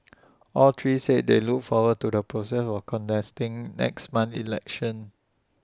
all three said they look forward to the process of contesting next month's election